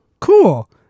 Cool